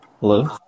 Hello